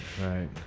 right